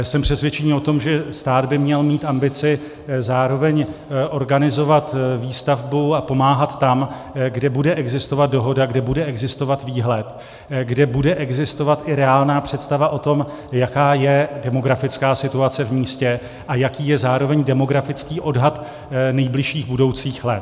Jsem přesvědčen o tom, že stát by měl mít ambici zároveň organizovat výstavbu a pomáhat tam, kde bude existovat dohoda, kde bude existovat výhled, kde bude existovat i reálná představa o tom, jaká je demografická situace v místě a jaký je zároveň demografický odhad nejbližších budoucích let.